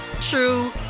true